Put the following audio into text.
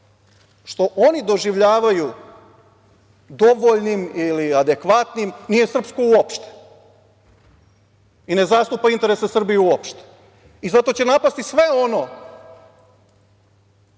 što oni doživljavaju dovoljnim ili adekvatnim, nije srpsko uopšte i ne zastupa interese Srbije uopšte. Zato će napasti sve ono